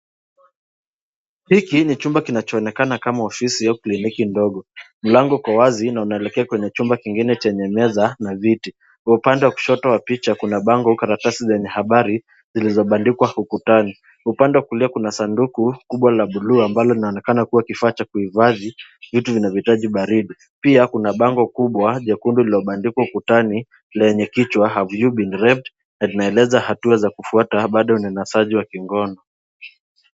Hiki ni chumba kinachoonekana kama ofisi yako au kliniki ndogo ,mlango uko wazi na unaelekea kwenye chumba kingine chenye meza na viti kwa upande wa kushoto wa picha kuna bango karatasi zenye habari zilizobandikwa ukutani , upande wa kulia kuna sanduku kubwa la buluu ambalo linaonekana kuwa kifaa cha kuhifadhi vitu vinavyohitaji baridi, pia kuna bango kubwa jekundu lililobandiko kukutani lenye kichwa[ have you been raped] and naeleza hatua za kufuata baada ya unyanyasaji wa kingono.